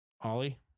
ollie